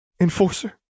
Enforcer